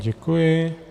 Děkuji.